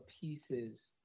pieces